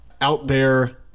out-there